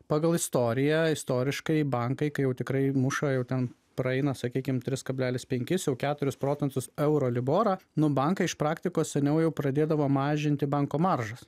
pagal istoriją istoriškai bankai kai jau tikrai muša jau ten praeina sakykim trys kablelis penkis jau keturis procentus euroliborą nu bankai iš praktikos seniau jau pradėdavo mažinti banko maržas